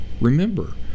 remember